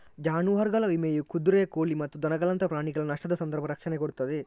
ಜಾನುವಾರುಗಳ ವಿಮೆಯು ಕುದುರೆ, ಕೋಳಿ ಮತ್ತು ದನಗಳಂತಹ ಪ್ರಾಣಿಗಳ ನಷ್ಟದ ಸಂದರ್ಭ ರಕ್ಷಣೆ ಕೊಡ್ತದೆ